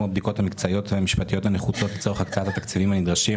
הבדיקות המקצועיות והמשפטיות הנחוצות לצורך הקצאת התקציבים הנדרשים